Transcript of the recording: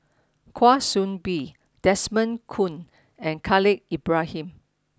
kwa Soon Bee Desmond Kon and Khalil Ibrahim